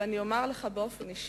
אומר לך באופן אישי,